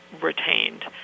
retained